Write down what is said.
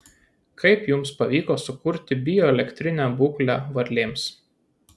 kaip jums pavyko sukurti bioelektrinę būklę varlėms